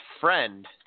friend